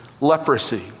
leprosy